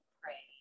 pray